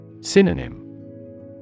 Synonym